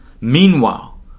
Meanwhile